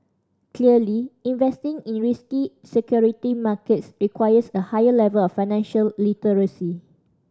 clearly investing in risky security markets requires a higher level of financial literacy